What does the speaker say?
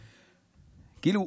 כנראה.